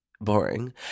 Boring